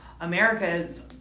America's